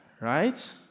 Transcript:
right